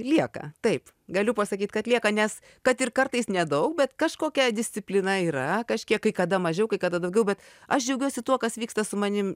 lieka taip galiu pasakyt kad lieka nes kad ir kartais nedaug bet kažkokia disciplina yra kažkiek kai kada mažiau kai kada daugiau bet aš džiaugiuosi tuo kas vyksta su manim